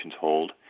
hold